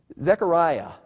Zechariah